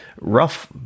rough